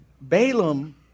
Balaam